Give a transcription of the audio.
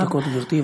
חמש דקות, גברתי.